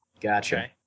gotcha